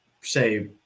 say